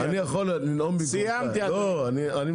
אמרתי לך באחד הדיונים אתה פה האבא והאמא שלנו כרגע